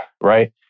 right